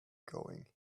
going